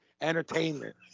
entertainment